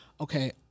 okay